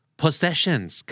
possessions